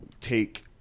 take